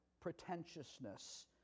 pretentiousness